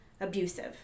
abusive